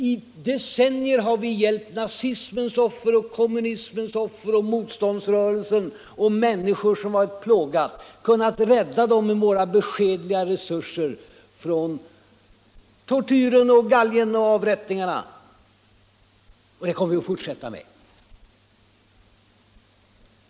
I decennier har vi hjälpt nazismens och kommunismens offer, motståndsrörelser och människor som plågas. Med våra beskedliga resurser har vi kunnat rädda dem från tortyr, från galjen och avrättningarna — och det kommer vi att fortsätta med.